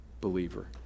believer